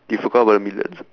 you forgot about the millions uh